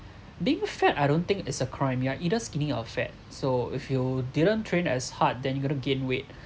being fat I don't think it's a crime you are either skinny or fat so if you didn't train as hard then you gonna gain weight